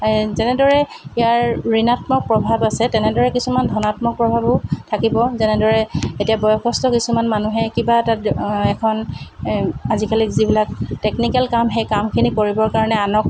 যেনেদৰে ইয়াৰ ঋণাত্মক প্ৰভাৱ আছে তেনেদৰে কিছুমান ধনাত্মক প্ৰভাৱো থাকিব যেনেদৰে এতিয়া বয়সস্ত কিছুমান মানুহে কিবা এটা এখন আজিকালি যিবিলাক টেকনিকেল কাম সেই কামখিনি কৰিবৰ কাৰণে আনক